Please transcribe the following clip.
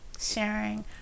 sharing